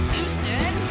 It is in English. Houston